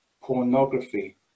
pornography